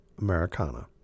Americana